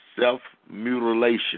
self-mutilation